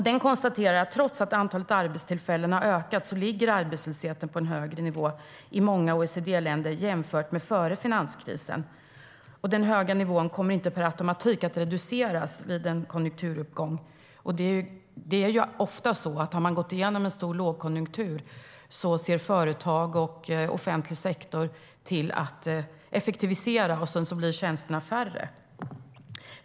Där konstateras att trots att antalet arbetstillfällen har ökat ligger arbetslösheten på en högre nivå i många OECD-länder jämfört med före finanskrisen. Och den höga nivån kommer inte per automatik att reduceras vid en konjunkturuppgång. Det är ofta så att om man har gått igenom en kraftig lågkonjunktur effektiviserar företag och offentlig sektor och tjänsterna blir färre.